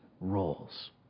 roles